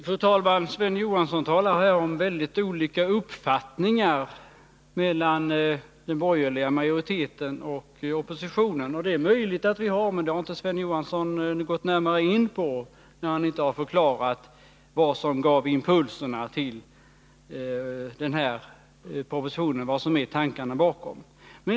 Fru talman! Sven Johansson säger att den borgerliga majoriteten och oppositionen har väldigt olika uppfattningar. Det är möjligt att det är så, men Sven Johansson har inte gått närmare in på det och förklarat vad som gav impulsen till den här propositionen.